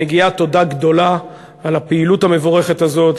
מגיעה תודה גדולה על הפעילות המבורכת הזאת,